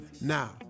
Now